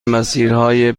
مسیرهای